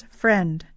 friend